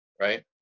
right